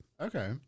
Okay